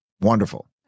wonderful